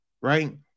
right